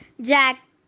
Jack